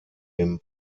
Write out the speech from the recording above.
dem